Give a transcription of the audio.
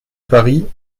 paris